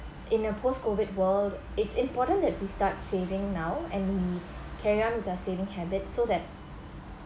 in a post COVID world it's important that we start saving now and we carry on with our saving habits so that